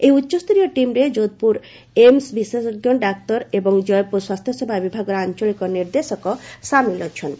ଏହି ଉଚ୍ଚସ୍ତରୀୟ ଟିମ୍ରେ ଜୋଧପୁର ଏମସ୍ର ବିଶେଷଜ୍ଞ ଡାକ୍ତର ଏବଂ ଜୟପୁର ସ୍ୱାସ୍ଥ୍ୟସେବା ବିଭାଗର ଆଞ୍ଚଳିକ ନିର୍ଦ୍ଦେଶକ ସାମିଲ ଅଛନ୍ତି